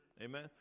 Amen